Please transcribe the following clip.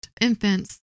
infants